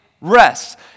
rest